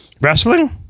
wrestling